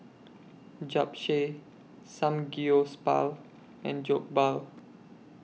Japchae Samgyeopsal and Jokbal